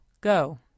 Go